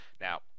Now